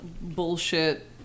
bullshit